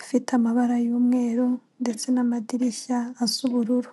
ifite amabara y'umweru ndetse namadirishya asa ubururu.